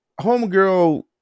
Homegirl